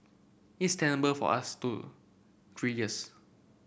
is tenable for us to three years